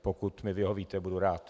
Pokud mi vyhovíte, budu rád.